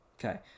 Okay